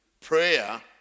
Prayer